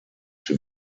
sie